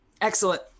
excellent